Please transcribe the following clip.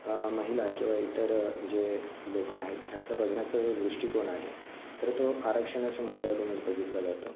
महिला किंवा इतर जे लोकं आहेत त्यांचा बघण्याचा जो दृष्टिकोन आहे तर तो आरक्षणाच्या मुद्द्यावरूनच बघितला जातो